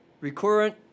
recurrent